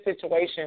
situation